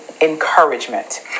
encouragement